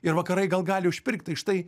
ir vakarai gal gali užpirkt tai štai